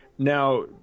Now